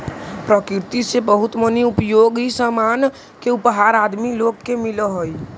प्रकृति से बहुत मनी उपयोगी सामान के उपहार आदमी लोग के मिलऽ हई